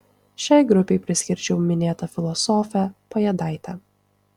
šiai grupei priskirčiau minėtą filosofę pajėdaitę